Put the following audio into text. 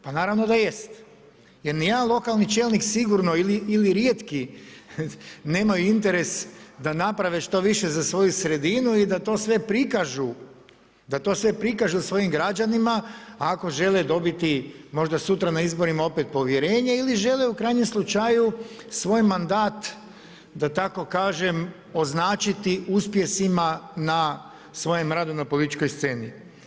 Pa naravno da jest jer ni jedan lokalni čelnik sigurno ili rijetki nemaju interes da naprave što više za svoju sredinu i da to sve prikažu svojim građanima ako žele dobiti možda sutra na izborima opet povjerenje ili žele u krajnjem slučaju svoj mandat da tako kažem označiti uspjesima na svojem radu na političkoj sceni.